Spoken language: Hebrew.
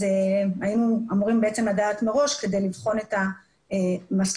היינו אמורים לדעת מראש כדי לבחון את המסלולים.